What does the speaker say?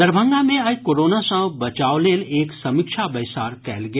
दरभंगा मे आइ कोरोना सँ बचाव लेल एक समीक्षा बैसार कयल गेल